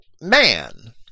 man